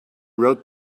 wrote